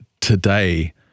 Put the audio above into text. today